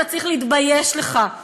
אתה צריך להתבייש לך.